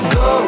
go